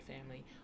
family